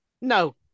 No